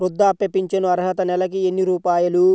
వృద్ధాప్య ఫింఛను అర్హత నెలకి ఎన్ని రూపాయలు?